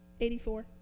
84